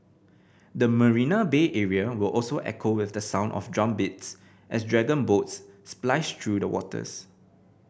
the Marina Bay area will also echo with the sound of drumbeats as dragon boats splice through the waters